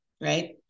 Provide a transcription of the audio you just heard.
right